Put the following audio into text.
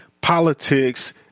politics